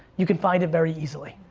you can find it very easily.